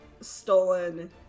stolen